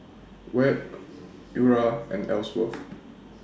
Webb Eura and Ellsworth